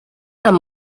amb